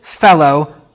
fellow